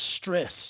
stress